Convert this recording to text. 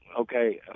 Okay